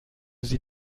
sie